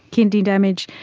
kidney damage.